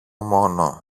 μόνο